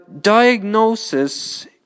diagnosis